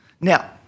Now